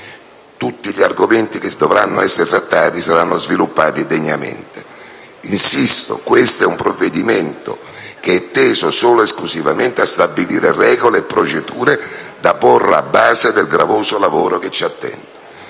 tutti gli argomenti che dovranno essere trattati saranno sviluppati degnamente. Insisto: questo è un provvedimento teso solo ed esclusivamente a stabilire regole e procedure da porre a base del gravoso lavoro che ci attende.